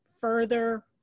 further